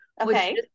okay